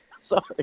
Sorry